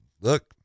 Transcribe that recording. look